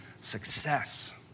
success